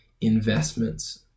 investments